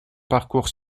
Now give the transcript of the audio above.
parcours